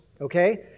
okay